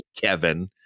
kevin